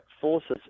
forces